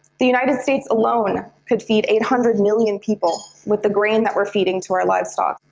the united states alone could feed eight hundred million people with the grain that we're feeding to our livestock.